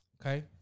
Okay